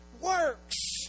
works